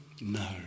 No